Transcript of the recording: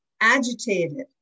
agitated